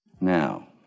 Now